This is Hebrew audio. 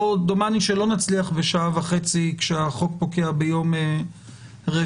דומני שלא נצליח בשעה וחצי כשהחוק פוקע ביום רביעי,